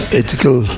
ethical